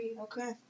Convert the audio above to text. Okay